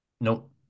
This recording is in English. Nope